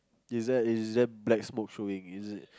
is that is that black smoke fuming